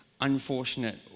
unfortunate